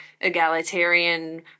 egalitarian